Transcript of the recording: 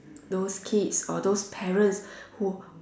those kids or those parents who